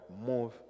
move